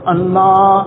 Allah